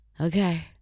Okay